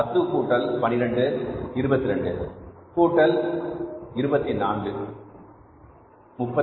பத்து கூட்டல் 12 22 கூட்டல் 24 34